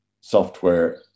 software